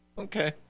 Okay